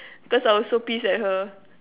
because I was so pissed at her